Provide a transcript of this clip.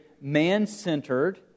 man-centered